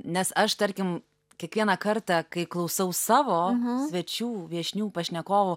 nes aš tarkim kiekvieną kartą kai klausau savo svečių viešnių pašnekovų